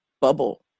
bubble